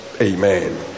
amen